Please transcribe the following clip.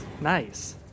Nice